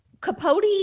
capote